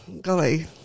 golly